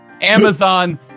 Amazon